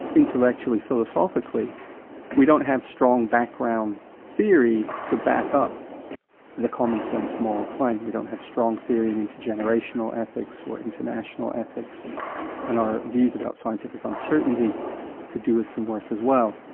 intellectually and philosophically we don't have strong background theory to back up the commonsense moral claim. we don't have strong theory in intergenerational ethics or international ethics and our views about scientific uncertainty could do with some work as well.